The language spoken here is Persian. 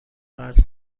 قرض